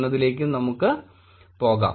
എന്നതിലേക്കും നമുക്ക് പോകാം